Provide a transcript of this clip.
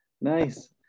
Nice